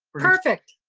perfect,